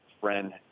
friend